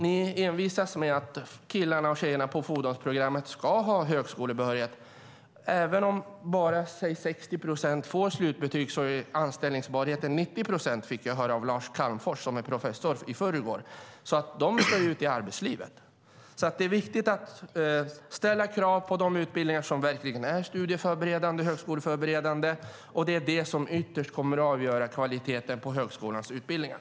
Ni envisas med att killar och tjejer på fordonsprogrammet ska ha högskolebehörighet. Även om bara ungefär 60 procent får slutbetyg är anställbarheten 90 procent, fick jag i förrgår höra av Lars Calmfors, som är professor. De ska ut i arbetslivet! Det är viktigt att ställa krav på de utbildningar som verkligen är studieförberedande och högskoleförberedande. Det är det som ytterst kommer att avgöra kvaliteten på högskolans utbildningar.